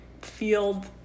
field